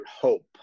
hope